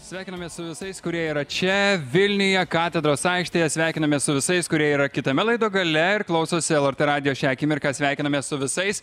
sveikinamės su visais kurie yra čia vilniuje katedros aikštėje sveikinamės su visais kurie yra kitame laido gale ir klausosi lrt radijo šią akimirką sveikinamės su visais